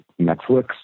Netflix